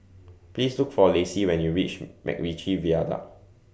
Please Look For Lacy when YOU REACH Macritchie Viaduct